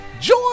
Joy